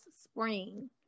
spring